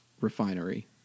refinery